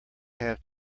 have